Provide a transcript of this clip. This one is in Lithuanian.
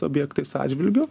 objektais atžvilgiu